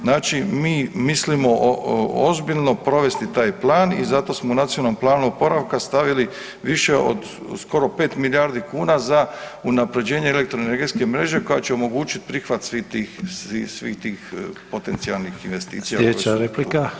Znači, mi mislimo ozbiljno provesti taj plan i zato smo u nacionalnom planu oporavka stavili više od skoro 5 milijardi kuna za unapređenje elektroenergetske mreže koja će omogućiti prihvat svih tih, svih tih potencijalnih investicija.